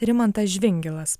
rimantas žvingilas